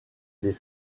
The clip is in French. des